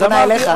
אז אמרתי,